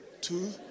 two